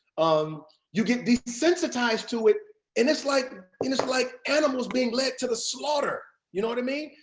um you get desensitized to it and it's like it's like animals being led to the slaughter. you know what i mean?